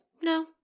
no